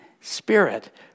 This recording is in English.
spirit